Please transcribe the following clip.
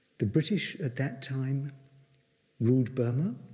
the british at that time ruled burma.